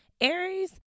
Aries